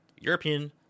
European